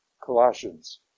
Colossians